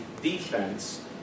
defense